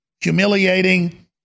humiliating